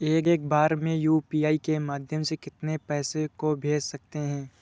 एक बार में यू.पी.आई के माध्यम से कितने पैसे को भेज सकते हैं?